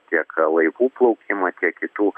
tiek laivų plaukimą tiek kitų